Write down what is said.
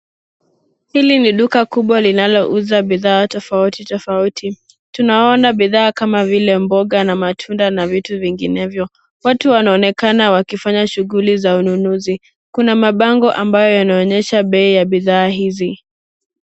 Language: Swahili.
Hili ni duka kubwa linalouza bidhaa tofauti tofauti. Tunaona bidhaa kama vile mboga na matunda na vitu vinginevyo. Watu wanaonekana wakifanya shughuli za ununuzi. Kuna mabango ambayo yanaonyesha bei ya bidhaa hizi.